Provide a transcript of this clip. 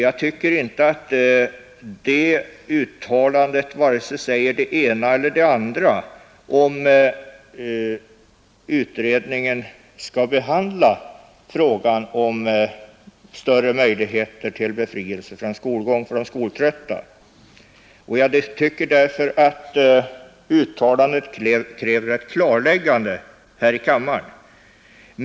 Jag tycker inte att det uttalandet säger vare sig det ena eller det andra om huruvida utredningen skall behandla frågan om större möjligheter till befrielse från skolgång för skoltrötta. Därför tycker jag att uttalandet kräver ett klarläggande här i kammaren.